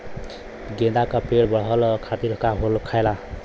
गेंदा का पेड़ बढ़अब खातिर का होखेला?